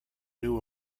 new